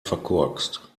verkorkst